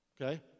Okay